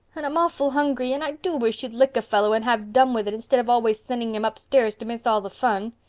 and i'm awful hungry. and i do wish you'd lick a fellow and have done with it, instead of always sending him upstairs to miss all the fun.